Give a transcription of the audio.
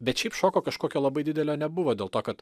bet šiaip šoko kažkokio labai didelio nebuvo dėl to kad